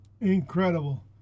Incredible